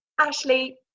Ashley